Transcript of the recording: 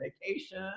vacation